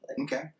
Okay